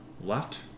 left